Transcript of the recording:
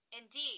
Indeed